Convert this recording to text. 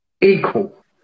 equal